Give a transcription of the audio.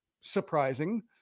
surprising